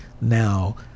Now